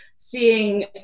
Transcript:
seeing